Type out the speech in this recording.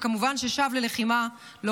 וכמובן ששב לא כשיר ללחימה.